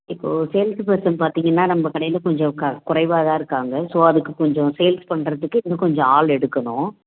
இப்போ sales person பார்த்திங்கன்னா நம்ப கடையில் கொஞ்சம் க குறைவாக தான் இருக்காங்க ஸோ அதுக்கு கொஞ்சம் சேல்ஸ் பண்ணுறதுக்கு இன்னும் கொஞ்சம் ஆள் எடுக்கணும்